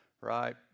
right